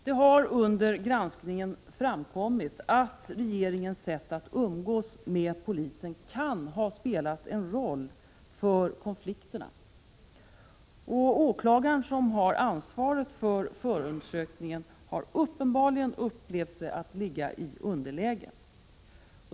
Det har under granskningen framkommit att regeringens sätt att umgås med polisen kan ha spelat en roll för konflikterna. Åklagarna som har ansvaret för förundersökningen har upplevt sig ligga i underläge.